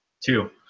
two